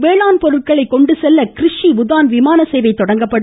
விவசாயப் பொருட்களை கொண்டு செல்வதற்கு கிரிஷி உதான் விமான சேவை தொடங்கப்படும்